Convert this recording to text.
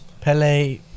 pele